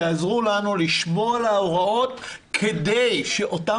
תעזרו לנו לשמור על ההוראות כדי שאותם